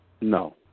No